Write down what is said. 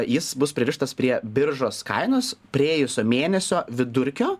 jis bus pririštas prie biržos kainos praėjusio mėnesio vidurkio